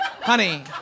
Honey